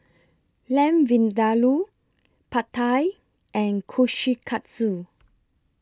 Lamb Vindaloo Pad Thai and Kushikatsu